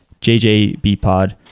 jjbpod